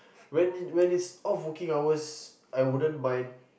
when you when it's off working hours I wouldn't mind